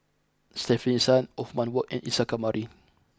Stefanie Sun Othman Wok and Isa Kamari